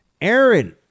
Aaron